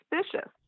suspicious